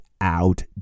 out